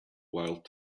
while